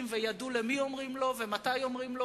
וידעו למי אומרים לא ומתי אומרים לא,